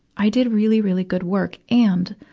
i did really, really good work. and,